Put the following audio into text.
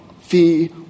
fee